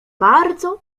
bardzo